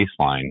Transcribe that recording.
baseline